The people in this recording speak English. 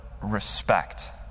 respect